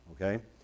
okay